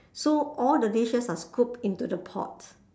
so all the dishes are scooped into the pot